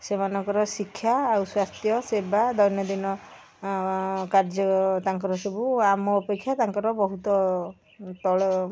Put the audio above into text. ସେମାନଙ୍କର ଶିକ୍ଷା ଆଉ ସ୍ୱାସ୍ଥ୍ୟ ସେବା ଆଉ ଦୈନନ୍ଦିନ କାର୍ଯ୍ୟ ତାଙ୍କର ସବୁ ଆମ ଆପେକ୍ଷା ତାଙ୍କର ବହୁତ ତଳ